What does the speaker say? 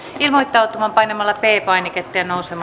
ilmoittautumaan painamalla p painiketta